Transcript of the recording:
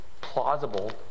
plausible